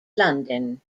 london